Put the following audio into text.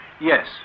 Yes